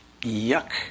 yuck